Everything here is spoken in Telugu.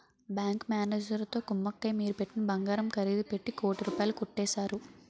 బ్యాంకు మేనేజరుతో కుమ్మక్కై మీరు పెట్టిన బంగారం ఖరీదు పెట్టి కోటి రూపాయలు కొట్టేశారు